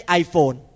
iPhone